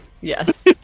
Yes